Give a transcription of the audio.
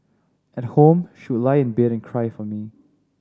at home she would lie in bed and cry for me